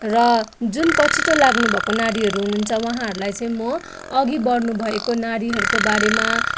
र जुन पछिटो लाग्नुभको नारीहरू हुनुहुन्छ उहाँहरूलाई चाहिँ म अघि बढनुभएको नारीहरूको बारेमा